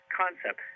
concept